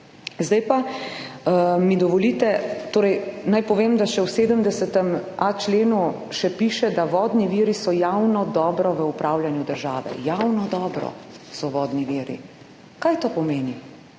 Zdaj pa mi dovolite… Torej naj povem, da še v 77.a členu še piše, da vodni viri so javno dobro v upravljanju države. Javno dobro so vodni viri, kaj to pomeni?